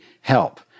help